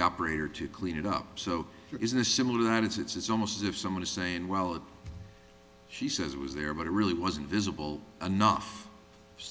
operator to clean it up so there isn't a similar light it's almost as if someone is saying well she says was there but it really wasn't visible enough